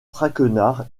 traquenard